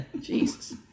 jesus